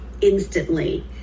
instantly